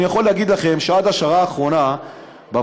אני יכול להגיד לכם שעד השעה האחרונה בוועדה,